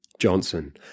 johnson